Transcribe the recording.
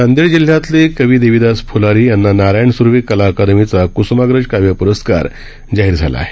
नांदेड जिल्ह्यातले कवी देविदास फ्लारी यांना नारायण सुर्वे कला आकादमीचा क्स्माग्रज काव्य प्रस्कार जाहिर झाला आहे